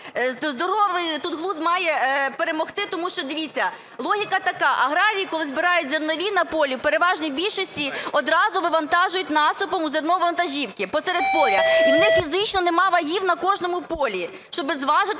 Здоровий тут глузд має перемогти, тому що, дивіться, логіка така: аграрії, коли збирають зернові на полі, у переважній більшості одразу вивантажують насипом зерно у вантажівки посеред поля. І в них фізично немає вагів на кожному полі, щоб зважити